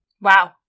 Wow